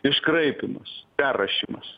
iškraipymas perrašymas